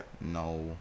no